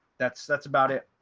that's, that's about it.